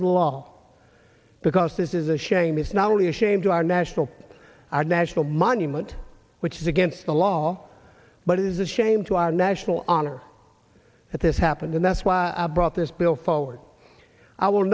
the law because this is a shame it's not only a shame to our national our national monument which is against the law but it is a shame to our national honor that this happened and that's why i brought this bill forward i will